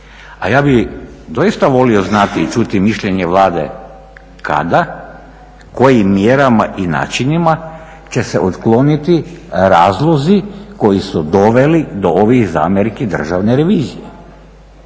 a ja bih doista volio znati i čuti mišljenje Vlada kada, kojim mjerama i načinima će se otkloniti razlozi koji su doveli do ovih zamjerki državne revizije.